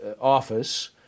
office